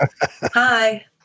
Hi